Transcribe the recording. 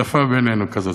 שפה, בינינו, כזאת.